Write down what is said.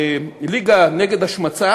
הליגה נגד השמצה